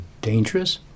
dangerous